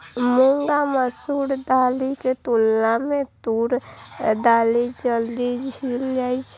मूंग आ मसूर दालिक तुलना मे तूर दालि जल्दी सीझ जाइ छै